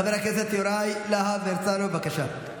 חבר הכנסת יוראי להב הרצנו, בבקשה.